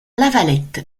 lavalette